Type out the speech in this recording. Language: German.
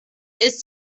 ist